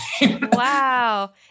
Wow